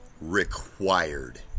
required